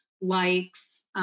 likes